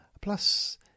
Plus